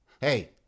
Hey